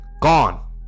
Gone